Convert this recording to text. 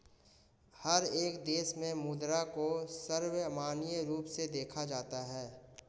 हर एक देश में मुद्रा को सर्वमान्य रूप से देखा जाता है